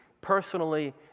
personally